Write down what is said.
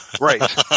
Right